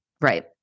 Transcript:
Right